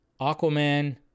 Aquaman